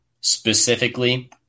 Specifically